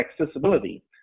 accessibility